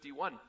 51